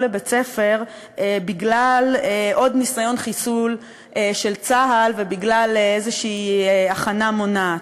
לבית-הספר בגלל עוד ניסיון חיסול של צה"ל ובגלל איזו הכנה מונעת.